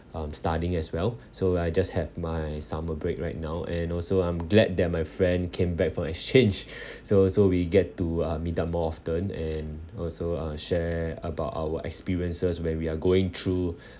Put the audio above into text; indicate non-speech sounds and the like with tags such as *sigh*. um studying as well so I just have my summer break right now and also I'm glad that my friend came back from exchange *breath* so so we get to uh meet up more often and also uh share about our experiences when we are going through